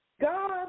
God